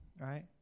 Right